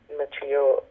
material